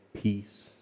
peace